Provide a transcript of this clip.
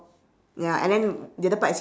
ya and then the other part is